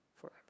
forever